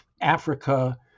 Africa